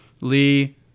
Lee